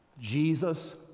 Jesus